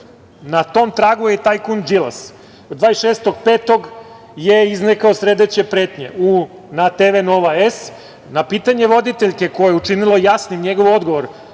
tom tragu je i tajkun Đilas, 26.5. je izrekao sledeće pretnje na TV „Nova S“. Na pitanje voditeljke koja je učinila jasnim njegov odgovor,